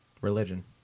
Religion